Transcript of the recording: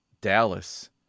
Dallas